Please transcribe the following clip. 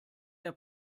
der